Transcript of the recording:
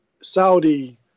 Saudi